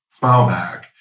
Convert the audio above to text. smileback